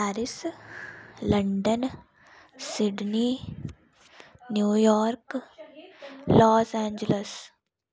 Paris London Sydney New York Los Angeles